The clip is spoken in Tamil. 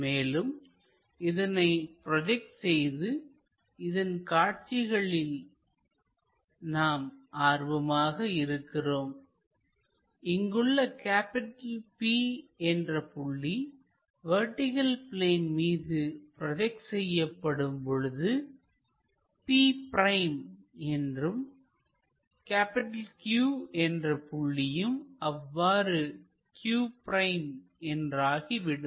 மேலும் இதனை ப்ரோஜெக்ட் செய்து இதன் காட்சிகளில் நாம் ஆர்வமாக இருக்கிறோம் இங்குள்ள P என்ற புள்ளி வெர்டிகள் பிளேன் மீது ப்ரோஜெக்ட் செய்யப்படும் பொழுது P' என்றும் Q என்ற புள்ளியும் அவ்வாறு q' என்றாகிவிடும்